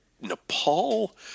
nepal